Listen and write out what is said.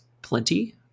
Plenty